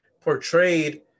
portrayed